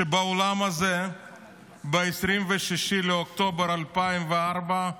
שבאולם הזה ב-26 באוקטובר 2004,